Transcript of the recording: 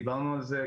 דיברנו על זה,